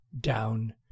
down